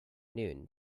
noon